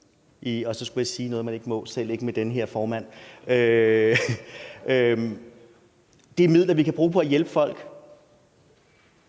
– jeg skulle til at sige noget, man ikke må, og slet ikke med den her formand – er midler, man kunne bruge på at hjælpe folk